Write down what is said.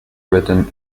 written